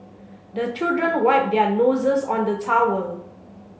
the children wipe their noses on the towel